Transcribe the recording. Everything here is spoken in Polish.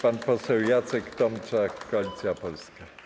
Pan poseł Jacek Tomczak, Koalicja Polska.